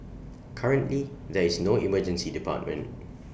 currently there is no Emergency Department